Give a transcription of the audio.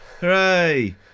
Hooray